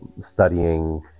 studying